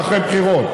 ואחרי בחירות.